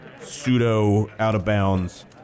pseudo-out-of-bounds